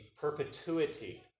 perpetuity